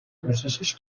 processos